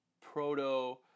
proto